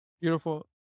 Beautiful